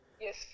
Yes